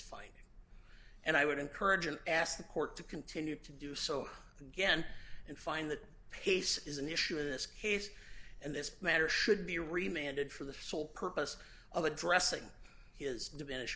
and i would encourage an ask the court to continue to do so again and find that pace is an issue in this case and this matter should be remained and for the sole purpose of addressing his diminish